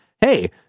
hey